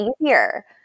easier